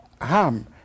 harm